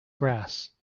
grass